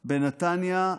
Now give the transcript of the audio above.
בנתניה,